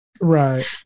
right